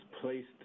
placed